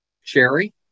Sherry